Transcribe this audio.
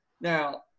Now